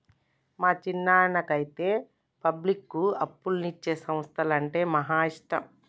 మా చిన్నాయనకైతే పబ్లిక్కు అప్పులిచ్చే సంస్థలంటే మహా ఇష్టం